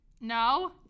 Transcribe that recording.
No